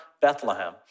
Bethlehem